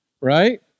right